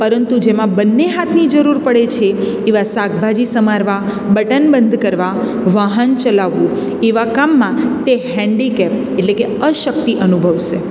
પરંતુ જેમાં બંને હાથની જરૂર પડે છે એવા શાકભાજી સમારવા બટન બંધ કરવા વાહન ચલાવવું એવા કામમાં તે હેન્ડીકેપ એટલે કે અશક્તિ અનુભવશે